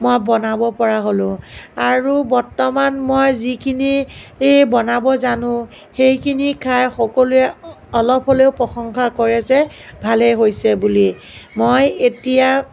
মই বনাব পৰা হ'লোঁ আৰু বৰ্তমান মই যিখিনি বনাব জানোঁ সেইখিনি খাই সকলোৱে অলপ হ'লেও প্ৰশংসা কৰে যে ভালেই হৈছে বুলি মই এতিয়া